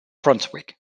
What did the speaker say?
brunswick